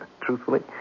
Truthfully